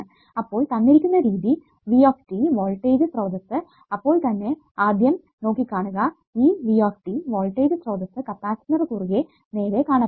അപ്പോൾ തന്നിരിക്കുന്ന രീതി V വോൾടേജ് സ്രോതസ്സ് അപ്പോൾ ആദ്യം തന്നെ നോക്കിക്കാണുക ഈ V വോൾടേജ് സ്രോതസ്സ് കപ്പാസിറ്ററിന് കുറുകെ നേരെ കാണപ്പെടും